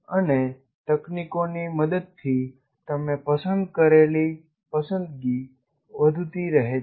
અને તકનીકોની મદદથી તમે પસંદ કરેલી પસંદગી વધુતી રહે છે